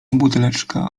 buteleczka